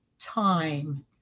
time